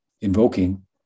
invoking